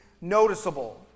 noticeable